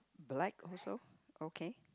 black also okay